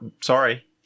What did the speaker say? sorry